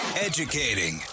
Educating